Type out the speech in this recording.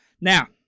Now